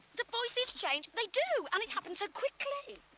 the voices change, they do, and it happens so quickly.